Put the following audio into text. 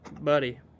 buddy